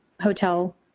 hotel